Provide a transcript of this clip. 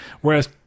whereas